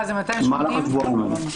במהלך השבועיים האלה.